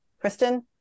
Kristen